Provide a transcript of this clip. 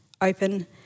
Open